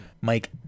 Mike